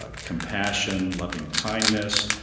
ah compassion, lovingkindness,